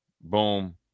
boom